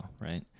right